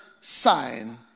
sign